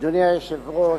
אדוני היושב-ראש,